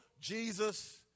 Jesus